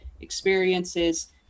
experiences